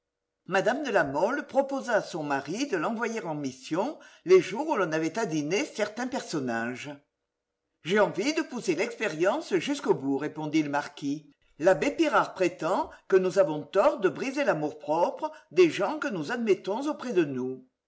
mme de la mole proposa à son mari de l'envoyer en mission les jours où l'on avait à dîner certains personnages j'ai envie de pousser l'expérience jusqu'au bout répondit le marquis l'abbé pirard prétend que nous avons tort de briser l'amour-propre des gens que nous admettons auprès de nous